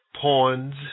Pawns